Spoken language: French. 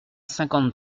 cinquante